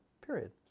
Period